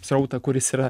srautą kuris yra